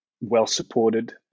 well-supported